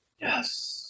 Yes